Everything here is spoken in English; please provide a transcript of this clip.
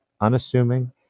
unassuming